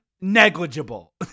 negligible